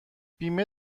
بیمه